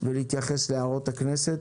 ולהתייחס להערות הכנסת,